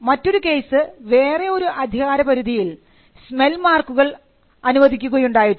മറ്റൊരു കേസ് വേറെ ഒരു അധികാരപരിധിയിൽ സ്മെൽ മാർക്കുകൾ അനുവദിക്കുകയുണ്ടായിട്ടുണ്ട്